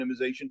minimization